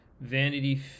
Vanity